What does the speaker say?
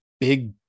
big